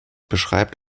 beschreibt